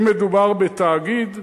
אם מדובר בתאגיד,